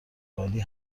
ولی